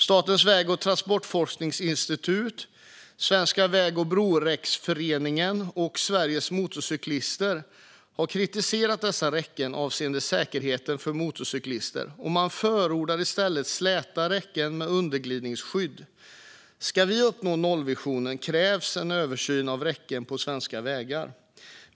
Statens väg och transportforskningsinstitut, Svenska Väg och Broräckesföreningen och Sveriges Motorcyklister har kritiserat dessa räcken avseende säkerheten för motorcyklister. Man förordar i stället släta räcken med underglidningsskydd. Ska vi uppnå nollvisionen krävs en översyn av räckena på svenska vägar.